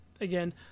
again